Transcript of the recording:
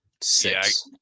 Six